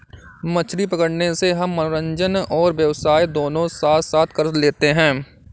मछली पकड़ने से हम मनोरंजन और व्यवसाय दोनों साथ साथ कर लेते हैं